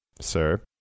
Sir